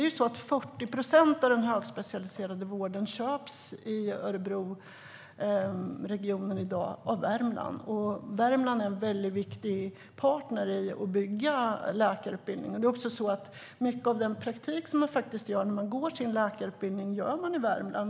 I dag köps 40 procent av den högspecialiserade vården i Örebroregionen av Värmland, och Värmland är en viktig partner i att bygga läkarutbildningen. Mycket av den praktik man gör när man går sin läkarutbildning gör man i Värmland.